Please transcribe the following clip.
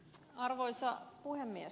arvoisa puhemies